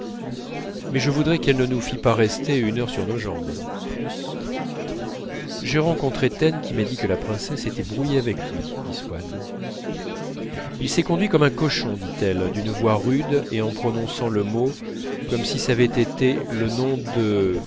mais je voudrais qu'elle ne nous fît pas rester une heure sur nos jambes j'ai rencontré taine qui m'a dit que la princesse était brouillée avec lui dit swann il s'est conduit comme un cauchon dit-elle d'une voix rude et en prononçant le mot comme si ç'avait été le nom de